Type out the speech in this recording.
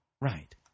Right